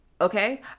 okay